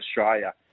Australia